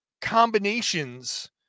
combinations